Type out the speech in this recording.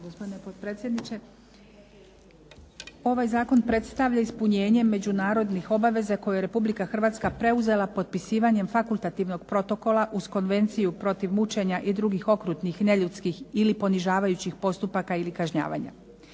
ovaj zakon predstavlja ispunjenje međunarodnih obaveza koje je Republika Hrvatska preuzela potpisivanjem fakultativnog protokola uz konvenciju protiv mučenja i drugih okrutnih i neljudskih ili ponižavajućih postupaka ili kažnjavanja.